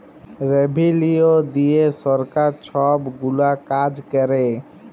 revenue দিঁয়ে সরকার ছব গুলা কাজ ক্যরে